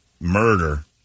murder